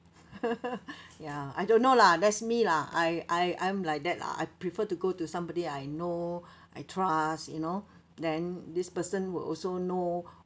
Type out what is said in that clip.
ya I don't know lah that's me lah I I I'm like that lah I prefer to go to somebody I know I trust you know then this person will also know